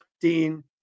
Dean